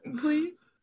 please